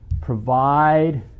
provide